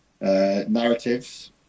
narratives